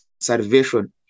salvation